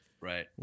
Right